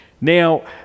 Now